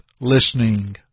Listening